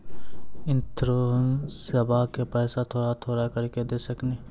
इंश्योरेंसबा के पैसा थोड़ा थोड़ा करके दे सकेनी?